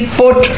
put